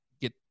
get